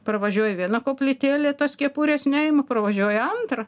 pravažiuoja vieną koplytėlę tas kepurės neima pravažiuoja antrą